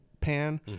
pan